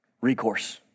recourse